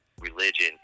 religion